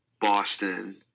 Boston